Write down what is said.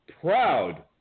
proud